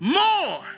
more